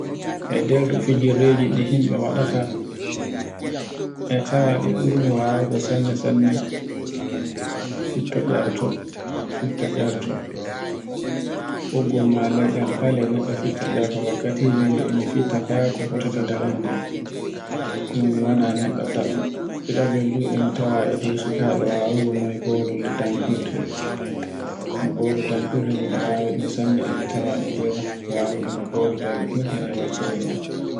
boggol ma leggal fale neɗɗo fitta erto wakkatiji goo e mi fitta fa kofotata darande am. Kuma mi wana neɗɗo danrdo. Ɗiɗaɓel lu e mi tawa e nder sukaɓe wawugo noy bolum da damfirte. No ɓulu damfirte miɗo wawiɗo sanne e tawa e nder wawuɗo no buwoɗa ferta e waldere am